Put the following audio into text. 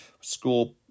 score